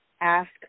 ask